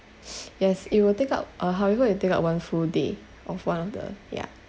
yes it will take up uh however it'll take up one full day of one of the yeah